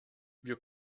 wir